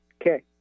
okay